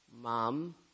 mom